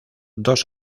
dos